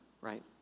right